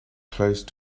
close